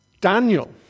Daniel